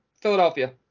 Philadelphia